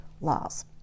Laws